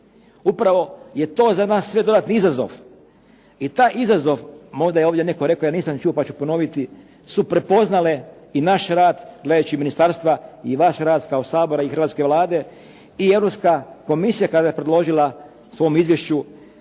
Upravo je to za sve nas dodatni izazov. I taj izazov, možda je ovdje to netko rekao, ja nisam čuo pa ću ponoviti, su prepoznale i naš rad gledajući ministarstva i vaš rad kao Sabora i hrvatske Vlade i Europska komisija kada je predložila u svom izvješću